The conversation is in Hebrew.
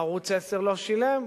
ערוץ-10 לא שילם?